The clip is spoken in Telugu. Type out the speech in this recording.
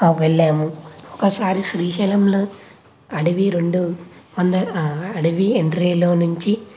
వెళ్ళాము ఒకసారి శ్రీశైలంలో అడవి రెండు వంద అడవి ఎంట్రీలో నుంచి